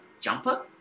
Jumper